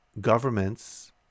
governments